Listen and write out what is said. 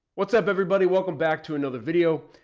what's up everybody. welcome back to another video,